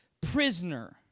prisoner